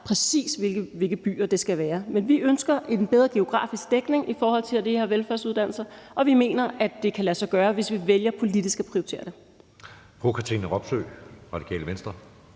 præcis hvilke byer det skal være. Men vi ønsker en bedre geografisk dækning i forhold til de her velfærdsuddannelser, og vi mener, at det kan lade sig gøre, hvis vi vælger politisk at prioritere det.